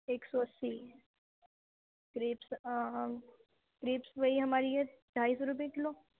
ایک سو اَسی كریپس کریپس وہی ہماری ہے ڈھائی سو روپے کلو